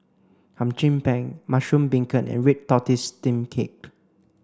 Hum Chim Peng mushroom beancurd and red tortoise steamed cake